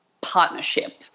partnership